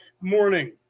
morning